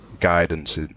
guidance